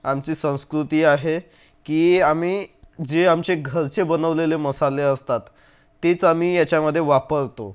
आमची संस्कृती आहे की आम्ही जे आमचे घरचे बनवलेले मसाले असतात तेच आम्ही याच्यामध्ये वापरतो